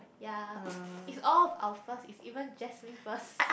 yea is all of our first is even Jasmine first